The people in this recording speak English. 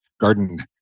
garden